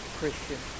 Christian